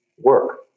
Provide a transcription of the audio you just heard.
work